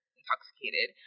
intoxicated